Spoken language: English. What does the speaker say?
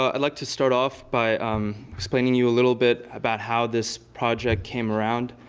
ah i'd like to start off by explaining you a little bit about how this project came around